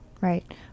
right